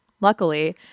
Luckily